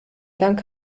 dank